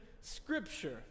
scripture